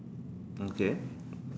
okay